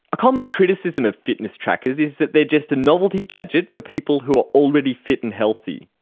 a common criticism of fitness trackers is that they're just a novelty gadget for people who are already fit and healthy.